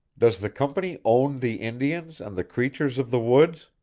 does the company own the indians and the creatures of the woods?